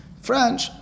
French